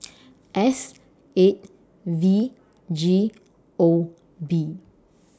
S eight V G O B